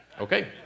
Okay